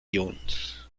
jones